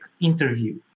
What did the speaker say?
interview